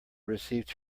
received